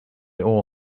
all